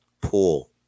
pool